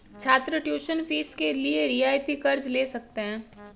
छात्र tuition fees के लिए रियायती कर्ज़ ले सकते हैं